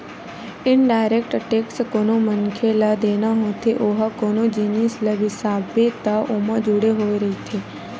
indirect tax कोनो मनखे ल देना होथे ओहा कोनो जिनिस ल बिसाबे त ओमा जुड़े होय रहिथे